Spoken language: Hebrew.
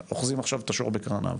אוחזים עכשיו את השור בקרניו.